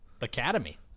Academy